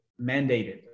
mandated